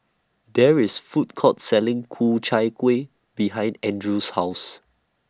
There IS A Food Court Selling Ku Chai Kuih behind Andrew's House